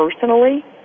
personally